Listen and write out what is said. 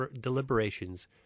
deliberations